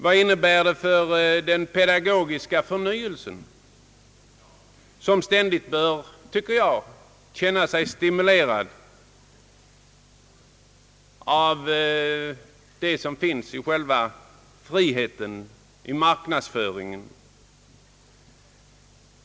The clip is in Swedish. Vad innebär det för den pedagogiska förnyelsen, som enligt min mening ständigt bör stimuleras av själva friheten i marknadsföringen?